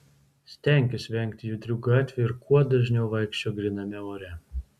stenkis vengti judrių gatvių ir kuo dažniau vaikščiok gryname ore